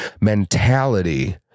mentality